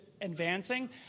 advancing